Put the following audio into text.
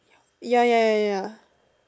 ya ya ya